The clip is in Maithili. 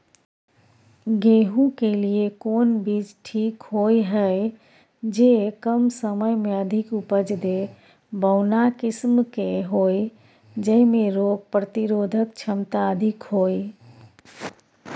गेहूं के लिए कोन बीज ठीक होय हय, जे कम समय मे अधिक उपज दे, बौना किस्म के होय, जैमे रोग प्रतिरोधक क्षमता अधिक होय?